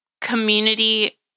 community